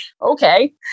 Okay